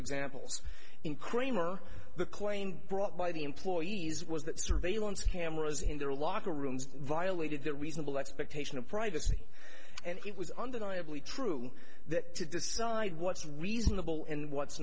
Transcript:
examples in cramer the claim brought by the employees was that surveillance cameras in their locker rooms violated their reasonable expectation of privacy and it was undeniably true that to decide what's reasonable and what's